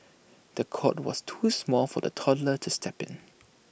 the cot was too small for the toddler to step in